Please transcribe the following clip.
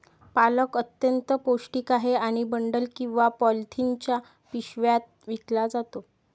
पालक अत्यंत पौष्टिक आहे आणि बंडल किंवा पॉलिथिनच्या पिशव्यात विकला जातो